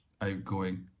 outgoing